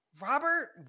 Robert